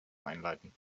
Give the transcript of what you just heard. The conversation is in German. einleiten